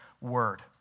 word